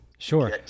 sure